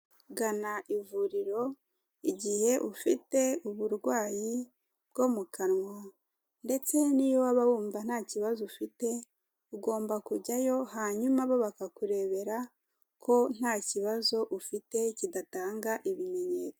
Gana ivuriro igihe ufite uburwayi bwo mu kanwa, ndetse n'iyo waba wumva nta kibazo ufite, ugomba kujyayo hanyuma bo bakakurebera ko nta kibazo ufite kidatanga ibimenyetso.